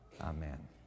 Amen